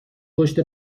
پشت